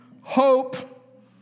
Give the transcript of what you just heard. hope